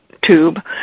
tube